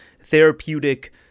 therapeutic